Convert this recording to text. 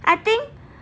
I think